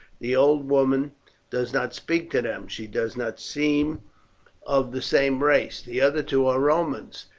the old woman does not speak to them she does not seem of the same race the other two are romans.